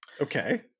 Okay